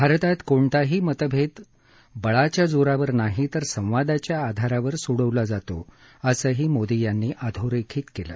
भारतात कोणताही मतभेद बळाच्या जोरावर नाही तर संवादाच्या आधारे सोडवला जातो असंही मोदी यांनी अधोरखित केलं